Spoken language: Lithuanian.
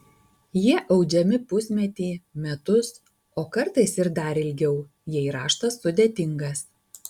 jie audžiami pusmetį metus o kartais ir dar ilgiau jei raštas sudėtingas